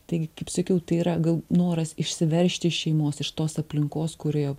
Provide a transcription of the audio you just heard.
taigi kaip sakiau tai yra gal noras išsiveržti iš šeimos iš tos aplinkos kurioje